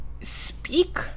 speak